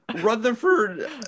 Rutherford